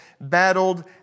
battled